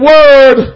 Word